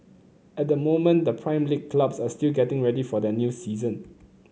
at the moment the Prime League clubs are still getting ready for their new season